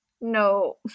No